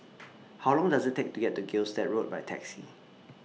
How Long Does IT Take to get to Gilstead Road By Taxi